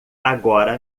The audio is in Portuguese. agora